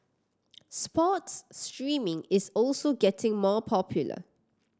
sports streaming is also getting more popular